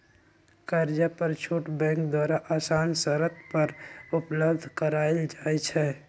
कर्जा पर छुट बैंक द्वारा असान शरत पर उपलब्ध करायल जाइ छइ